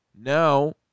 now